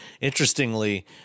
Interestingly